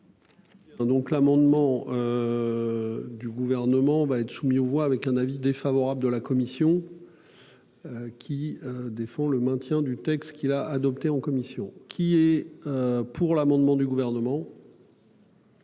Donc l'amendement. Du gouvernement va être soumis aux voix avec un avis défavorable de la commission. Qui défend le maintien du texte qui l'a adopté en commission qui est pour l'amendement du gouvernement.--